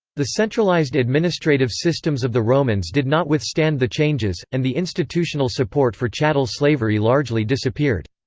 the centralized administrative systems of the romans did not withstand the changes, and the institutional support for chattel slavery largely disappeared.